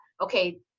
Okay